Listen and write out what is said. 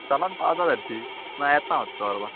चलोन पावता तरची ना येता